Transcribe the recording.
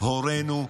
הורינו,